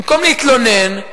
במקום להתלונן,